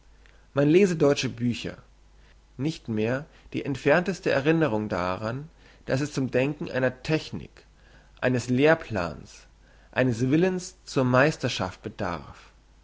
man lese deutsche bücher nicht mehr die entfernteste erinnerung daran dass es zum denken einer technik eines lehrplans eines willens zur meisterschaft bedarf